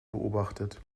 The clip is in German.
beobachtet